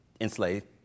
enslaved